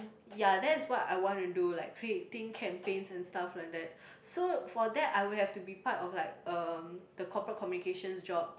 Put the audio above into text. ya that's what I want to do like creating campaigns and stuff like that so for that I would have to be part of like um the corperate communications job